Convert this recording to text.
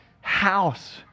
house